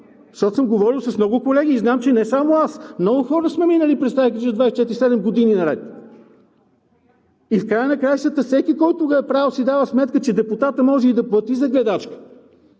защото съм говорил с много колеги и знам, че не само аз, много хора сме минали през тази грижа 24/7 години наред. И в края на краищата всеки, който го е правил, си дава сметка, че депутатът може и да плати за гледачка,